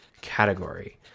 category